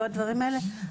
כל הדברים האלה,